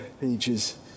pages